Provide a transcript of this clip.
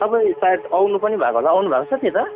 तपाईँ सायद आउनु पनि भएको होला आउनुभएको छ त्यता